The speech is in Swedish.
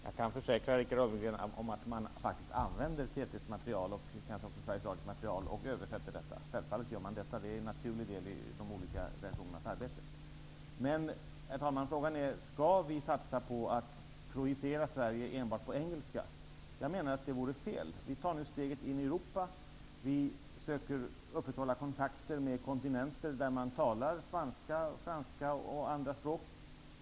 Herr talman! Jag kan försäkra Richard Ulfvengren om att man faktiskt använder TT:s material och kanske också Sveriges Radios material och översätter detta. Självfallet gör man det -- det är en naturlig del i de olika redaktionernas arbete. Frågan är, herr talman, om vi skall satsa på att projicera Sverige enbart på engelska. Jag menar att det vore fel. Vi tar nu steget in i Europa. Vi söker upprätthålla kontakten med kontinenter där man talar spanska, franska och andra språk.